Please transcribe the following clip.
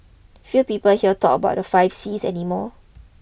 few people here talk about the five Cs any more